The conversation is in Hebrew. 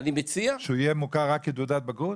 שהוא יהיה מוכר רק כתעודת בגרות